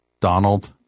Donald